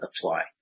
apply